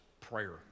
prayer